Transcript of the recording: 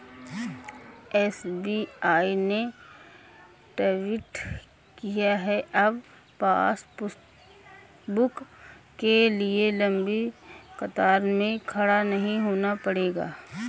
SBI ने tweet किया कि अब पासबुक के लिए लंबी कतार में खड़ा नहीं होना पड़ेगा